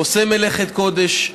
עושה מלאכת קודש.